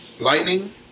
lightning